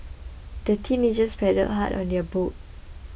the teenagers paddled hard on their boat